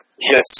Yes